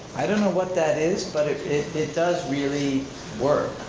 i don't know what that is, but it it does really work.